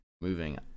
moving